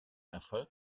erfolg